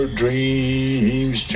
dreams